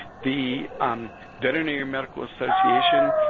the veterinary medical association,